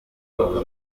ubu